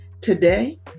Today